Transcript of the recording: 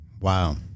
Wow